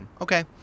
Okay